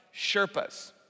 Sherpas